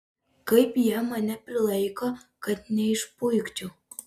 kaip jie mane prilaiko kad neišpuikčiau